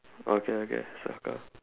okay okay circle